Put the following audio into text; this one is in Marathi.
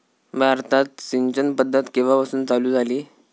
भारतात सिंचन पद्धत केवापासून चालू झाली?